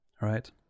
right